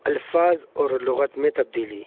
الفاظ اور لغت میں تبدیلی